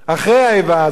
אחרי האיבה הזאת.